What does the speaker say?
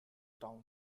town